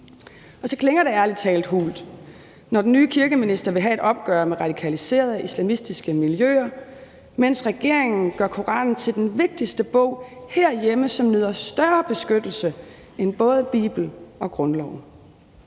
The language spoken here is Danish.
og så klinger det ærlig talt hult, når den nye kirkeminister vil have et opgør med radikaliserede islamistiske miljøer, mens regeringen gør Koranen til den vigtigste bog herhjemme og en, som nyder større beskyttelse end både bibel og grundlov.